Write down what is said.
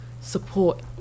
support